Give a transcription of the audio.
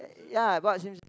ya Bart-Simpson